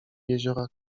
jeziora